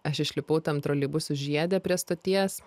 aš išlipau tam troleibusų žiede prie stoties